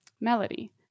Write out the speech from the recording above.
melody